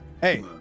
hey